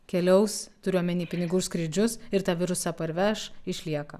keliaus turiu omeny pinigų už skrydžius ir tą virusą parveš išlieka